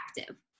active